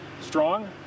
strong